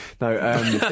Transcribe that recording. No